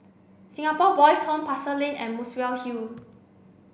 Singapore Boys' Home Pasar Lane and Muswell Hill